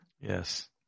Yes